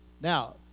Now